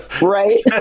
right